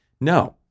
No